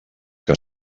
que